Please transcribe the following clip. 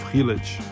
Hillage